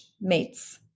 mates